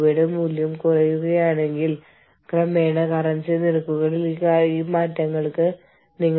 ആതിഥേയ രാജ്യത്തിന്റെയും മാതൃരാജ്യത്തിന്റെയും കറൻസികൾ ഏത് അനുപാതത്തിൽ ആയിരിക്കും